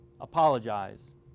apologize